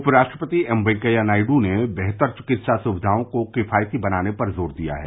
उपराष्ट्रपति एम वैंकैया नायड् ने बेहतर चिकित्सा सुविधाओं को किफायती बनाने पर जोर दिया है